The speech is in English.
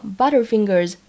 butterfingers